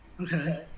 Okay